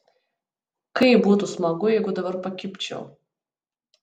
kaip būtų smagu jeigu dabar pakibčiau